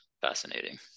fascinating